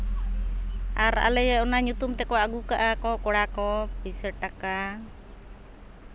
ᱟᱨ ᱟᱞᱮᱭᱟᱜ ᱚᱱᱟ ᱧᱩᱛᱩᱢ ᱛᱮᱠᱚ ᱟᱹᱜᱩ ᱠᱟᱜᱼᱟ ᱠᱚ ᱠᱚᱲᱟ ᱠᱚ ᱯᱚᱭᱥᱟ ᱴᱟᱠᱟ